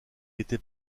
était